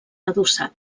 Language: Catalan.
adossat